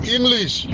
English